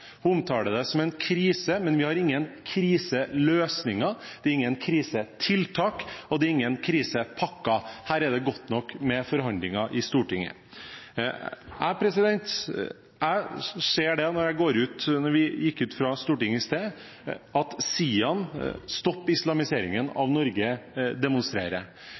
omtaler det som en krise, men vi har ingen kriseløsninger, det er ingen krisetiltak, og det er ingen krisepakker. Her er det godt nok med forhandlinger i Stortinget. Da jeg gikk ut fra Stortinget i sted, så jeg at SIAN, Stopp islamiseringen av Norge, demonstrerer, vi ser uke etter uke at